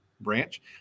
branch